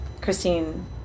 Christine